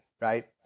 right